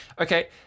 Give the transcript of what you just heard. Okay